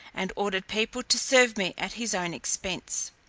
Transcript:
and ordered people to serve me at his own expence.